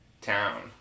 town